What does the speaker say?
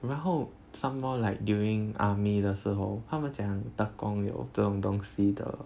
然后 somemore like during army 的时候他们讲 tekong 有这种东西的